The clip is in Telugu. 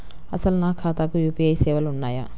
అసలు నా ఖాతాకు యూ.పీ.ఐ సేవలు ఉన్నాయా?